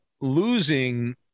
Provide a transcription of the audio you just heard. losing